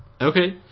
Okay